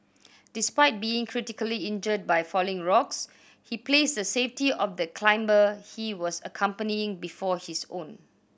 despite being critically injured by falling rocks he placed the safety of the climber he was accompanying before his own